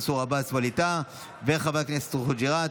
מנסור עבאס וואליד טאהא ושל חבר הכנסת חוג'יראת.